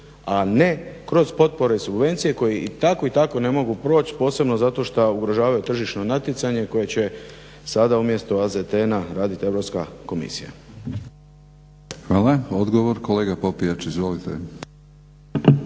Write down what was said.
a ne kroz potpore i subvencije koje i tako i tako ne mogu proći, posebno zato što ugrožavaju tržišno natjecanje koje će sada umjesto AZTN radit Europska komisija. **Batinić, Milorad (HNS)** Hvala. Odgovor, kolega Popijač, izvolite.